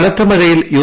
കനത്ത മഴയിൽ യു